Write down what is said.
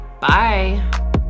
Bye